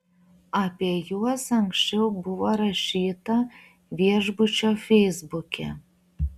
apie juos anksčiau buvo rašyta viešbučio feisbuke